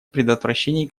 предотвращении